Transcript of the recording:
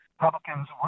Republicans